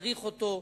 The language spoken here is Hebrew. צריך אותו,